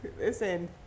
Listen